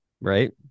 right